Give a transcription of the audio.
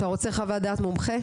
אתה רוצה חוות דעת מומחה?